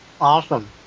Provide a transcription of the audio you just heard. Awesome